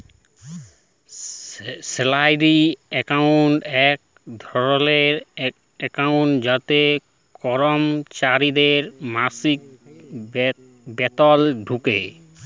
salary account এক ধরলের account যাতে করমচারিদের মাসিক বেতল ঢুকে